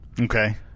okay